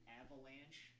avalanche